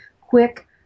quick